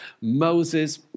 Moses